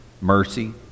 mercy